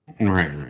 right